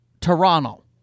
Toronto